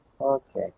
Okay